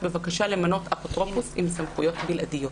בבקשה למנות אפוטרופוס עם סמכויות בלעדיות.